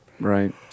Right